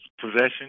possession